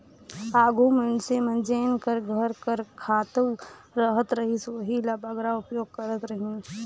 आघु मइनसे मन जेन घर कर घर कर खातू रहत रहिस ओही ल बगरा उपयोग करत रहिन